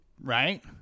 right